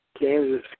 Kansas